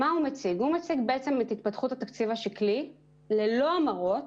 מציג את התפתחות התקציב השקלי ללא המרות